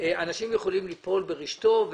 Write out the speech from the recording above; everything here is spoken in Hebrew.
אנשים יכולים ליפול ברשתו.